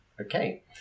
Okay